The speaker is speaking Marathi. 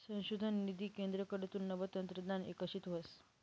संशोधन निधी केंद्रकडथून नवं तंत्रज्ञान इकशीत व्हस